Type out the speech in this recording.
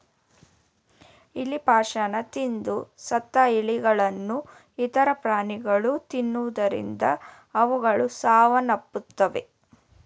ಇಲಿ ಪಾಷಾಣ ತಿಂದು ಸತ್ತ ಇಲಿಗಳನ್ನು ಇತರ ಪ್ರಾಣಿಗಳು ತಿನ್ನುವುದರಿಂದ ಅವುಗಳು ಸಾವನ್ನಪ್ಪುತ್ತವೆ